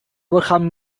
overcome